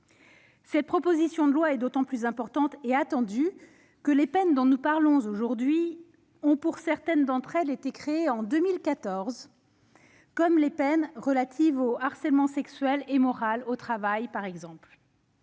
Cette proposition de loi est d'autant plus importante et attendue que les peines concernées ont, pour certaines d'entre elles, été créées en 2014, comme les peines relatives au harcèlement sexuel et moral au travail. Six ans plus